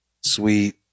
sweet